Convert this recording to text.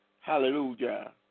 Hallelujah